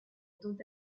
dont